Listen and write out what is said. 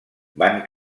van